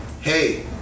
hey